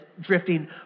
drifting